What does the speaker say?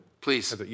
Please